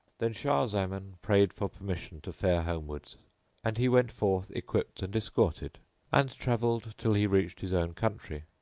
then shah zaman prayed for permission to fare homewards and he went forth equipped and escorted and travelled till he reached his own country.